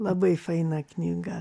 labai faina knyga